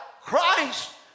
Christ